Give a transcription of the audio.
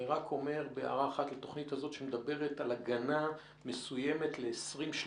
אני רק אומר בהערה אחת על התוכנית שמדברת על הגנה מסוימת ל-2030.